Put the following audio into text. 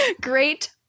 Great